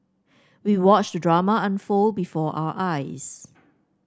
we watched the drama unfold before our eyes